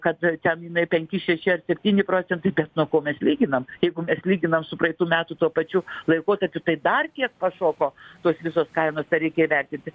kad ten jinai penki šeši ar septyni procentai nuo ko mes lyginam jeigu mes lyginam su praeitų metų tuo pačiu laikotarpiu tai dar kiek pašoko tos visos kainos tą reikia įvertinti